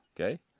okay